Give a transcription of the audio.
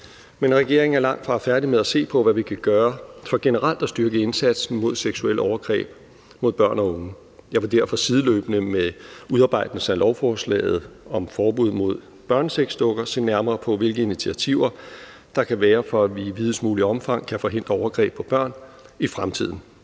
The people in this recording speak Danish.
Men regeringen er langtfra færdige med at se på, hvad vi kan gøre for generelt at styrke indsatsen mod seksuelle overgreb mod børn og unge. Jeg vil derfor sideløbende med udarbejdelsen af lovforslaget om forbud mod børnesexdukker se nærmere på, hvilke initiativer der kan være, for at vi i videst muligt omfang kan forhindre overgreb på børn i fremtiden.